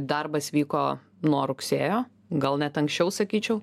darbas vyko nuo rugsėjo gal net anksčiau sakyčiau